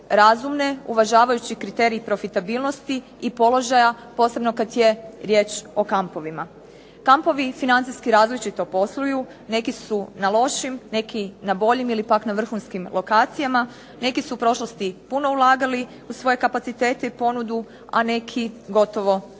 razumne, uvažavajući kriterij profitabilnosti i položaja, posebno kad je riječ o kampovima. Kampovi financijski različito posluju. Neki su na lošijim, neki na boljim ili pak na vrhunskim lokacijama, neki su u prošlosti puno ulagali u svoje kapacitete i ponudu, a neki gotovo ništa.